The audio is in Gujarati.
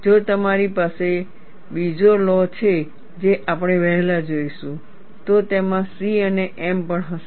જો તમારી પાસે બીજો લૉ છે જે આપણે વહેલા જોઈશું તો તેમાં C અને m પણ હશે